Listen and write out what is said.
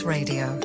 Radio